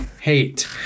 hate